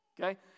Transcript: okay